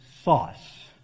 sauce